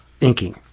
inking